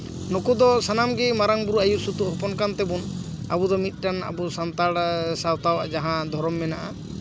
ᱱᱩᱠᱩ ᱫᱚ ᱥᱟᱱᱟᱢ ᱜᱮ ᱢᱟᱨᱟᱝ ᱵᱳᱨᱳ ᱟᱹᱭᱩᱨ ᱥᱩᱛᱩᱜ ᱦᱚᱯᱚᱱ ᱠᱟᱱ ᱛᱮᱵᱚᱱ ᱟᱵᱚ ᱢᱤᱫᱴᱟᱝ ᱟᱵᱚ ᱫᱚ ᱥᱟᱱᱛᱟᱲ ᱥᱟᱶᱛᱟᱣᱟᱜ ᱡᱟᱦᱟᱸ ᱫᱷᱚᱨᱚᱢ ᱢᱮᱱᱟᱜᱼᱟ